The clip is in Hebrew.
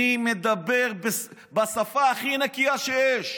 אני מדבר בשפה הכי נקייה שיש,